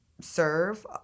Serve